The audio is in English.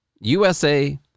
USA